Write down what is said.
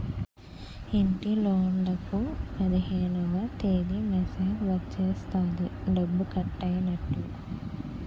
ఇంటిలోన్లకు పదిహేనవ తేదీ మెసేజ్ వచ్చేస్తది డబ్బు కట్టైనట్టు